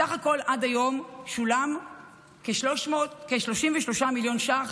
בסך הכול עד היום שולמו כ-33 מיליון ש"ח